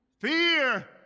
Fear